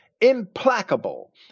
implacable